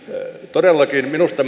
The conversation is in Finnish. todellakin minusta